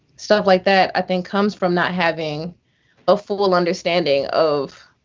stuff like that. i think comes from not having a full understanding of